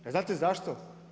A znate zašto?